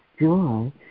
joy